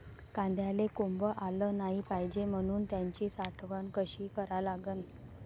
कांद्याले कोंब आलं नाई पायजे म्हनून त्याची साठवन कशी करा लागन?